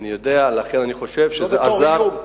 אני יודע, לכן אני חושב שזה עזר.